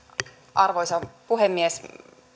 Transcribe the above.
arvoisa puhemies